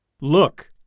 Look